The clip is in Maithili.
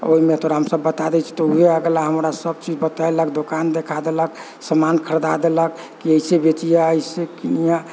ओहिमे तोरा हम सभ बता दै छियौ तऽ ऊहे हमरा सभ किछु बता देलक दोकान देखा देलक समान खरीदा देलक कि अइसे बेचिह अइसे किनीह